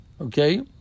Okay